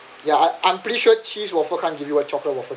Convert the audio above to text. yeah I I'm pretty sure cheese waffle can't give you a chocolate waffle